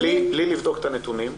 אגב, בלי לבדוק את הנתונים,